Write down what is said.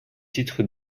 titres